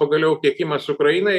pagaliau tiekimas ukrainai